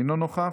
אינו נוכח,